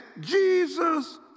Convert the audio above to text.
Jesus